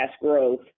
growth